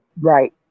Right